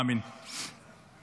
מאמין, לגמרי מאמין.